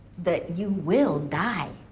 that you will die.